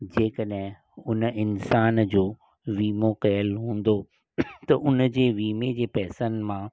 जे कॾहिं हुन इंसान जो विमो कयल हूंदो त हुनजे विमे जे पैसनि मां